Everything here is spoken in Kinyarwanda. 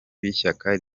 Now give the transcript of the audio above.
b’ishyaka